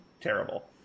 terrible